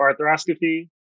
arthroscopy